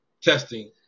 testing